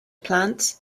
plants